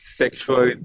sexual